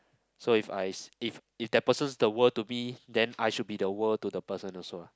so if i if if that person's the world to be then I should be the world to the person also lah